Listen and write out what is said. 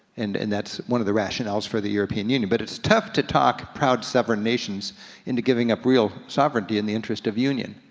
and and that's one of the rationales for the european union, but it's tough to talk proud sovereign nations into giving up real sovereignty in the interest of union.